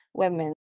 women